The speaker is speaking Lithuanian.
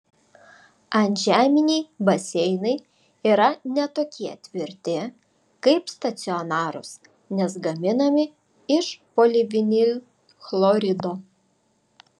antžeminiai baseinai yra ne tokie tvirti kaip stacionarūs nes gaminami iš polivinilchlorido